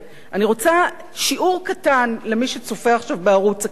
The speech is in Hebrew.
אני רוצה לתת שיעור קטן למי שצופה עכשיו בערוץ הכנסת,